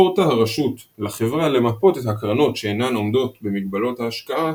הורתה הרשות לחברה למפות את הקרנות שאינן עומדות במגבלות ההשקעה